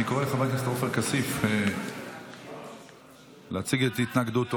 אני קורא לחבר הכנסת עופר כסיף להציג את התנגדותו.